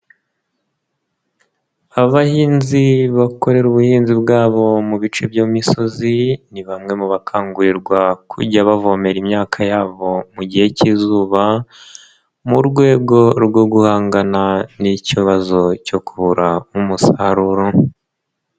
Abahinzi bakorera ubuhinzi bwabo mu bice by'imisozi ni bamwe mu bakangurirwa kujya bavomera imyaka yabo mu gihe k'izuba mu rwego rwo guhangana n'ikibazo cyo kubura umusaruro.